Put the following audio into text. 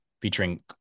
featuring